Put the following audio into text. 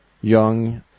young